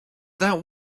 that